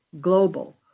Global